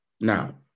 Now